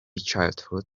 childhood